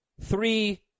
three